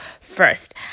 first